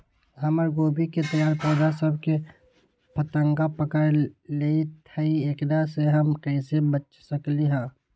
हमर गोभी के तैयार पौधा सब में फतंगा पकड़ लेई थई एकरा से हम कईसे बच सकली है?